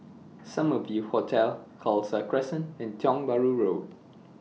Summer View Hotel Khalsa Crescent and Tiong Bahru Road